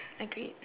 agreed